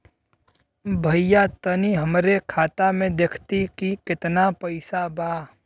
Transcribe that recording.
भईया तनि हमरे खाता में देखती की कितना पइसा बा?